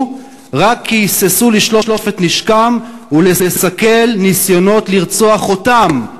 רק כי היססו לשלוף את נשקם ולסכל ניסיונות לרצוח אותם.